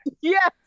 yes